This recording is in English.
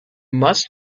must